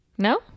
No